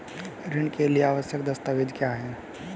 ऋण के लिए आवश्यक दस्तावेज क्या हैं?